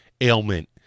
ailment